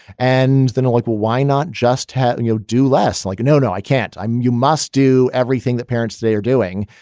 and then i'm like, well, why not just have. and you'll do less. like, no, no, i can't. i'm you must do everything that parents today are doing.